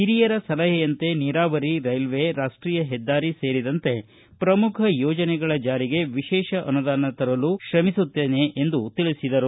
ಹಿರಿಯರ ಸಲಹೆಯಂತೆ ನೀರಾವರಿ ರೈಲ್ವೆ ರಾಷ್ಟೀಯ ಹೆದ್ದಾರಿ ಸೇರಿದಂತೆ ಪ್ರಮುಖ ಯೋಜನೆಗಳ ಜಾರಿಗೆ ವಿಶೇಷ ಅನುದಾನ ತರಲು ಶ್ರಮಿಸುತ್ತೇನೆ ಎಂದರು